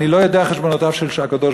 אני לא יודע חשבונותיו של הקדוש-ברוך-הוא,